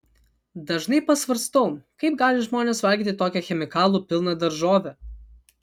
dažnai pasvarstau kaip gali žmonės valgyti tokią chemikalų pilną daržovę